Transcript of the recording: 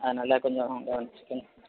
அதனால் கொஞ்சம் கவனித்துக்கணும்